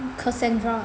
Cassandra